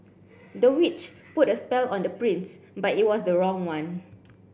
the witch put a spell on the prince but it was the wrong one